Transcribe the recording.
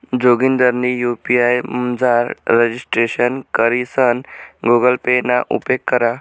जोगिंदरनी यु.पी.आय मझार रजिस्ट्रेशन करीसन गुगल पे ना उपेग करा